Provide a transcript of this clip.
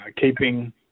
keeping